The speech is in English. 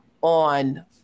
on